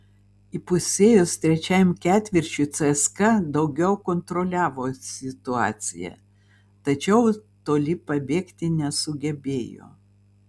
įpusėjus trečiajam ketvirčiui cska daugiau kontroliavo situaciją tačiau toli pabėgti nesugebėjo